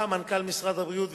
מנכ"ל משרד הבריאות,